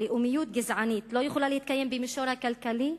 לאומיות גזענית, לא יכולה להתקיים במישור הכלכלי?